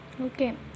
Okay